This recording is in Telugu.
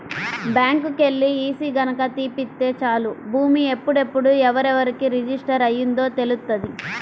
బ్యాంకుకెల్లి ఈసీ గనక తీపిత్తే చాలు భూమి ఎప్పుడెప్పుడు ఎవరెవరికి రిజిస్టర్ అయ్యిందో తెలుత్తది